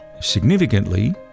Significantly